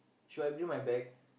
should I bring my bag